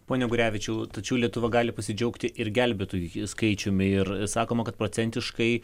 pone gurevičiau tačiau lietuva gali pasidžiaugti ir gelbėtojų skaičium ir sakoma kad procentiškai